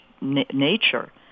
nature